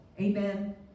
Amen